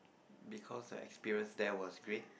because the experience there was great